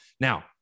Now